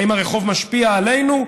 האם הרחוב משפיע עלינו?